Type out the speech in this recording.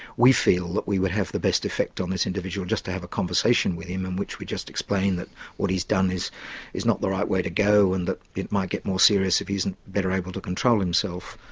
we feel that we would have the best effect on this individual just to have a conversation with him in which we just explain that what he's done is is not the right way to go, and that it might get more serious if he isn't better able to control himself.